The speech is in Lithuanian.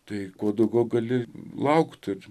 tai kuo daugiau gali laukt ir